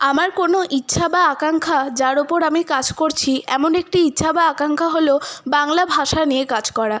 আমার কোনো ইচ্ছা বা আকাঙ্ক্ষা যার উপর আমি কাজ করছি এমন একটি ইচ্ছা বা আকাঙ্ক্ষা হল বাংলা ভাষা নিয়ে কাজ করা